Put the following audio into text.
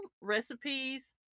recipes